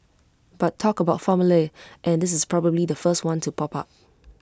but talk about formulae and this is probably the first one to pop up